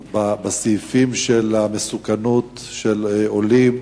בסעיפים של המסוכנות של עולים